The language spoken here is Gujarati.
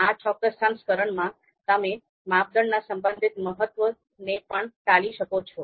આ ચોક્કસ સંસ્કરણમાં તમે માપદંડના સંબંધિત મહત્વને પણ ટાળી શકો છો